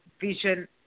vision